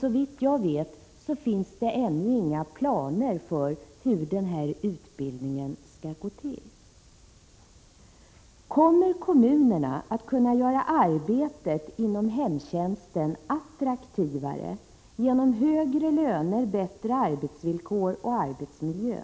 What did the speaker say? Såvitt jag vet finns det ännu inte några planer på hur denna utbildning skall gå till. Kommer kommunerna att kunna göra arbetet inom hemtjänsten attraktivare genom högre löner, bättre arbetsvillkor och bättre arbetsmiljö?